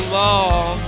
long